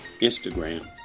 Instagram